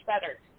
better